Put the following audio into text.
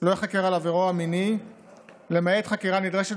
לא ייחקר על עברו המיני למעט חקירה הנדרשת